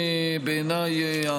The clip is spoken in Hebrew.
בעיניי,